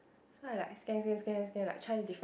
so I like scan scan scan scan scan like try different